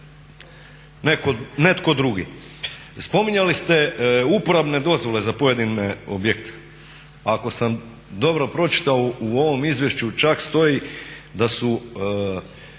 netko drugi. Spominjali ste uporabne dozvole za pojedine objekte, ako sam dobro pročitao u ovom izvješću čak stoji da su